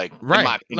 Right